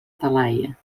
talaia